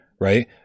Right